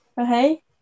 Okay